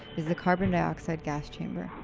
is the carbon dioxide gas chamber.